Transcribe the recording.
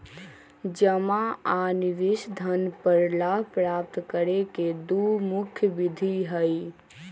जमा आ निवेश धन पर लाभ प्राप्त करे के दु मुख्य विधि हइ